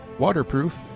waterproof